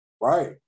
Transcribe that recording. Right